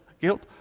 guilt